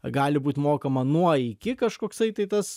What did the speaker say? gali būt mokama nuo iki kažkoksai tai tas